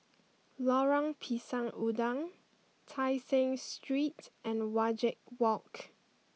Lorong Pisang Udang Tai Seng Street and Wajek Walk